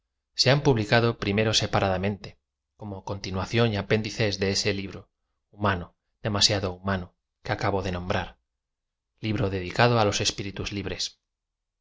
se han publicado primero separadamente como continuación y apéndice de ese libro humano demasiado humano que acabo de nombrar lib ro de dicado á los espíritus libres